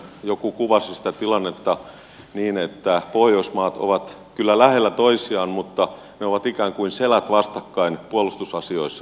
joku kuvasi sitä tilannetta niin että pohjoismaat ovat kyllä lähellä toisiaan mutta ne ovat ikään kuin selät vastakkain puolustusasioissa